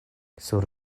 sur